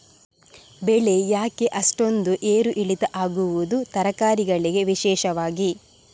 ಬೆಳೆ ಯಾಕೆ ಅಷ್ಟೊಂದು ಏರು ಇಳಿತ ಆಗುವುದು, ತರಕಾರಿ ಗಳಿಗೆ ವಿಶೇಷವಾಗಿ?